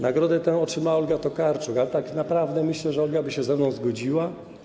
Nagrodę tę otrzymała Olga Tokarczuk, ale tak naprawdę myślę, że Olga by się ze mną zgodziła.